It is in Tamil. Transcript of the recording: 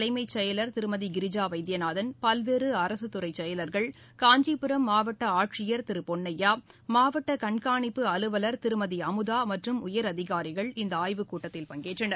தலைமைச் செயலர் திருமதி கிரிஜா வைத்தியநாதன் பல்வேறு அரசுத் துறைகளின் செயலர்கள் காஞ்சிபுரம் மாவட்ட ஆட்சியர் திரு பொன்னையா மாவட்ட கண்காணிப்பு அலுவலர் திருமதி பி அமுதா மற்றும் உயரதிகாரிகள் இந்த ஆய்வுக் கூட்டத்தில் பங்கேற்றனர்